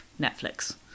Netflix